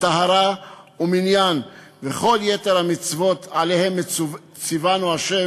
וטהרה ומניין וכל יתר המצוות שעליהן ציוונו ה',